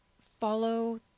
follow